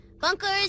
Bunkers